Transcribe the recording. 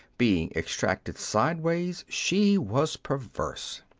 being ex tracted sideways, she was perverse.